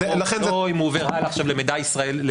לא אם הוא עובר הלאה עכשיו למאגר ישראלי.